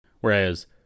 Whereas